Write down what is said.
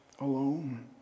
alone